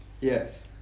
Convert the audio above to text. Yes